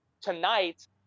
tonight